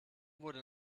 wurde